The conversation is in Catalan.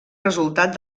resultat